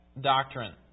doctrine